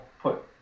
put